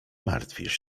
martwisz